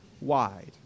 wide